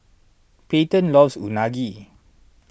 Payten loves Unagi